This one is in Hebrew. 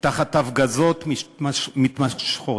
תחת הפגזות מתמשכות.